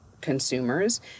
consumers